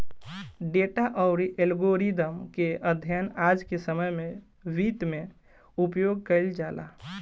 data अउरी algorithm के अध्ययन आज के समय में वित्त में उपयोग कईल जाला